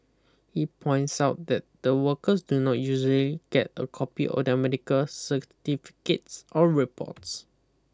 he points out that the workers do not usually get a copy or certificates or reports